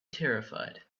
terrified